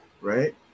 Right